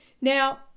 now